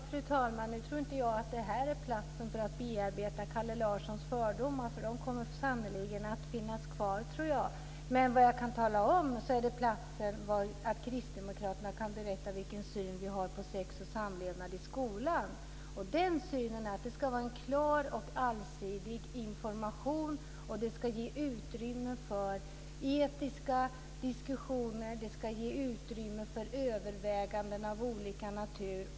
Fru talman! Nu tror inte jag att det här är platsen för att bearbeta Kalle Larssons fördomar. De kommer sannolikt att finnas kvar. Men vi i Kristdemokraterna kan berätta vilken syn vi har på sex och samlevnadsundervisningen i skolan. Den synen är att det ska vara en klar och allsidig information. Det ska ges utrymme för etiska diskussioner. Det ska ges utrymme för överväganden av olika natur.